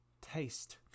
taste